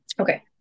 Okay